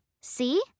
See